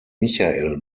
michael